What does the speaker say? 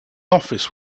office